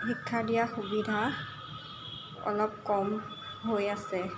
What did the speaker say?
শিক্ষা দিয়া সুবিধা অলপ কম হৈ আছে